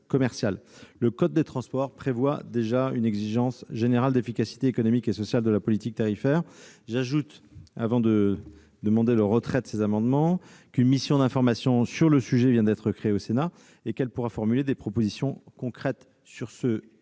Le code des transports prévoit déjà une exigence générale d'efficacité économique et sociale de la politique tarifaire. J'ajoute qu'une mission d'information sur le sujet vient d'être créée au Sénat et qu'elle pourra formuler des propositions concrètes.